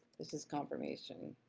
this is confirmation.